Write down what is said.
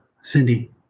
Cindy